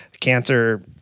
Cancer